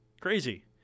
Crazy